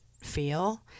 feel